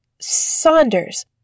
Saunders